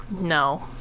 no